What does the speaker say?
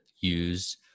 use